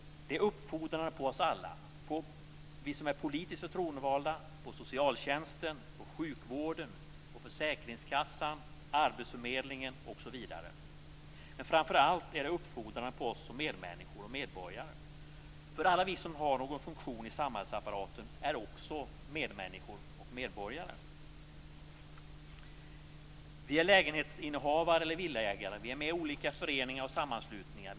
Det är uppfordrande på oss alla, på oss som är politiskt förtroendevalda, på socialtjänsten, på sjukvården, på försäkringskassan, på arbetsförmedlingen, osv. Men framför allt är den uppfordrande på oss som medmänniskor och medborgare, för alla vi som har någon funktion i samhällsapparaten är också medmänniskor och medborgare. Vi är lägenhetsinnehavare eller villaägare, Vi är med i olika föreningar och sammanslutningar.